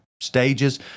Stages